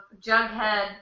Jughead